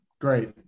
great